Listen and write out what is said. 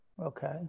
Okay